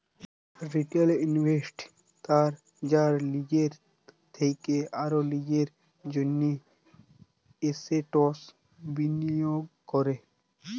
retail investors তারা যারা লিজের থেক্যে আর লিজের জন্হে এসেটস বিলিয়গ ক্যরে